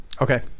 Okay